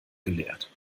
geleert